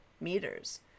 meters